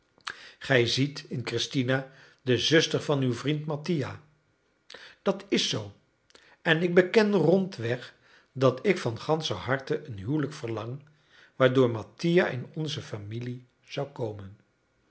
gij ziet in christina de zuster van uw vriend mattia dat is zoo en ik beken rondweg dat ik van ganscher harte een huwelijk verlang waardoor mattia in onze familie zou komen